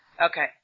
Okay